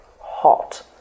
hot